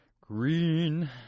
Green